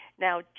Now